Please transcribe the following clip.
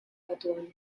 batuan